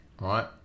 right